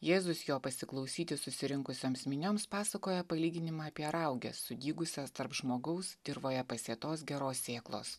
jėzus jo pasiklausyti susirinkusioms minioms pasakoja palyginimą apie rauges sudygusias tarp žmogaus dirvoje pasėtos geros sėklos